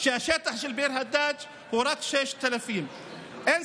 כשהשטח של ביר הדאג' הוא רק 6,000. אין